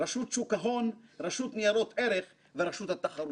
רשות שוק ההון, רשות ניירות ערך ורשות התחרות.